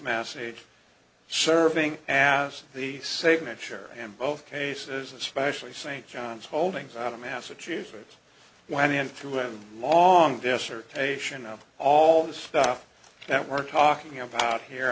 message serving as the same and sure in both cases especially st john's holdings out of massachusetts went into a long dissertation of all the stuff that we're talking about here